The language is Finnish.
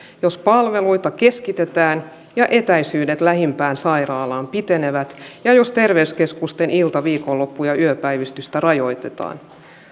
jos palveluita keskitetään ja etäisyydet lähimpään sairaalaan pitenevät ja jos terveyskeskusten ilta viikonloppu ja yöpäivystystä rajoitetaan